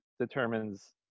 determines